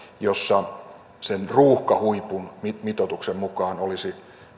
jossa sen ruuhkahuipun mitoituksen mukaan olisi